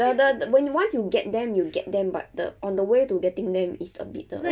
the the once you get them you get them but the on the way to getting them is a bitter